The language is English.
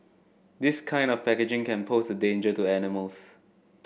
this kind of packaging can pose a danger to animals